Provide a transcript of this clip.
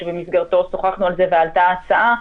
שבמסגרתו שוחחנו על זה ועלתה ההצעה.